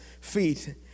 feet